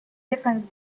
difference